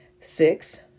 Six